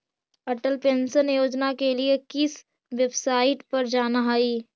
Atal pension योजना के लिए किस वेबसाईट पर जाना हई